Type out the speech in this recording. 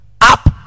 up